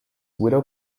widow